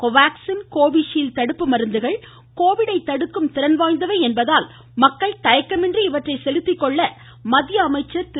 Covaxin Covishield தடுப்பு மருந்துகள் கோவிட்டை தடுக்கும் திறன் வாய்ந்தவை என்பதால் மக்கள் தயக்கமின்றி இவற்றை செலுத்திக்கொள்ள மத்திய அமைச்சர் திரு